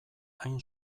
hain